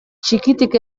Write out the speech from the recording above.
txikitik